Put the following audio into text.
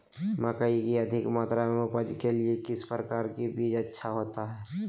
मकई की अधिक मात्रा में उपज के लिए किस प्रकार की बीज अच्छा होता है?